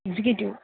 executive